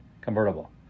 convertible